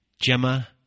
Gemma